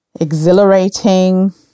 Exhilarating